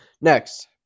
next